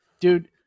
dude